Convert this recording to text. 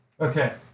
Okay